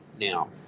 now